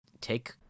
take